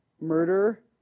murder